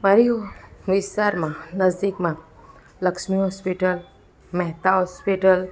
મારી નિસારમાં નજદીકમાં લક્ષ્મી હોસ્પિટલ મહેતા હોસ્પિટલ